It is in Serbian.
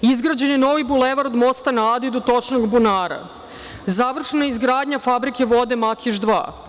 Izgrađen je novi Bulevar od Mosta na Adi do Tošinog bunara, završena je izgradnja fabrike vode „Makiš 2“